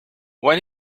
when